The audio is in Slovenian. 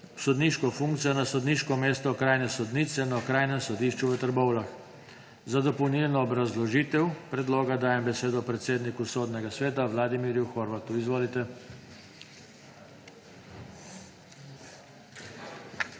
sodniško funkcijo na sodniško mesto okrajne sodnice na Okrajnem sodišču v Novem mestu. Za dopolnilno obrazložitev predloga dajem besedo predsedniku Sodnega sveta Vladimirju Horvatu. Izvolite.